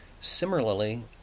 Similarly